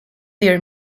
dear